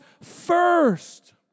first